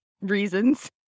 reasons